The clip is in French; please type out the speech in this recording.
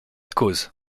cause